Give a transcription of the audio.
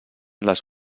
les